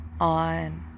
on